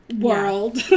world